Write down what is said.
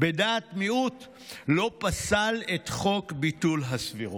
בדעת מיעוט לא פסל את חוק ביטול הסבירות,